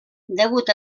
degut